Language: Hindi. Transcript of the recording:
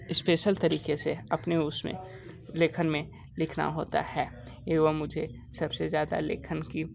स्पेशल तरीके से अपने उसमें लेखन में लिखना होता है एवं मुझे सबसे ज़्यादा लेखन की